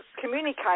communicate